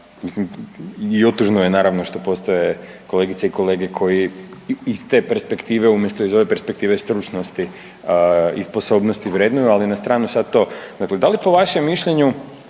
I otužno je što postoje kolegice i kolege koji iz te perspektive umjesto iz ove perspektive stručnosti i sposobnosti vrednuju, ali na stranu i sad to, dakle, da li po vašem mišljenju